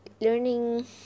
learning